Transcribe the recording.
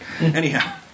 Anyhow